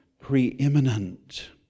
preeminent